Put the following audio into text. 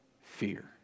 fear